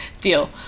Deal